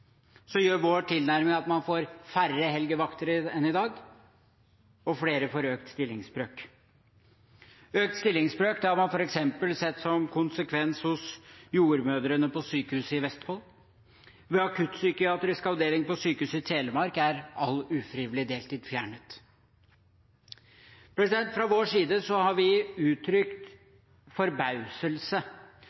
Så er det opp til hver enkelt arbeidsplass å vurdere hvilken løsning som er best. I mange tilfeller der man gjør forsøk, gjør vår tilnærming at man får færre helgevakter enn i dag, og flere får økt stillingsbrøk. Økt stillingsbrøk har man f.eks. sett som konsekvens hos jordmødrene på sykehuset i Vestfold. Ved akuttpsykiatrisk avdeling på sykehuset i Telemark er all ufrivillig deltid